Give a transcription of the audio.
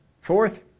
Fourth